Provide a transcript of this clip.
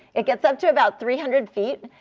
it gets up to about three hundred feet.